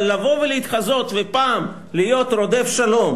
אבל לבוא ולהתחזות, ופעם להיות רודף שלום